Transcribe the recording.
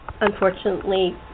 unfortunately